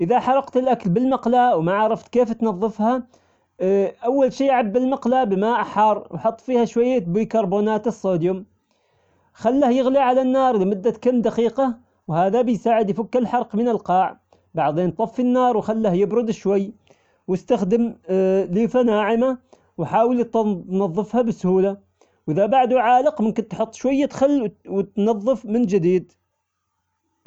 إذا حرقت الأكل بالمقلاة وما عرفت كيف تنظفها أول شي عبي المقلاة بماء حار وحط فيها شوية بيكربونات الصوديوم خله يغلي على النار لمدة كام دقيقة وهذا بيساعد يفك الحرق من القاع، وبعدين طفي النار وخله يبرد شوي واستخدم ليفة ناعمة وحاول تنظفها بسهولة، وإذا بعده عالق ممكن تحط شوية خل وت- وتنظف من جديد.